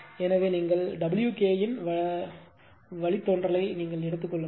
எனவே நீங்கள் W ke இன் வழித்தோன்றலை எடுத்துக்கொள்கிறீர்கள்